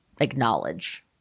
acknowledge